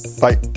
Bye